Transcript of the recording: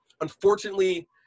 unfortunately